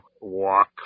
walk